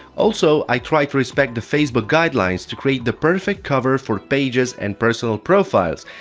also, i tried to respect the facebook guidelines to create the perfect cover for pages and personal profiles,